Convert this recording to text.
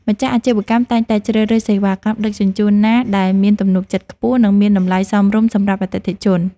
ម្ចាស់អាជីវកម្មតែងតែជ្រើសរើសសេវាកម្មដឹកជញ្ជូនណាដែលមានទំនុកចិត្តខ្ពស់ និងមានតម្លៃសមរម្យសម្រាប់អតិថិជន។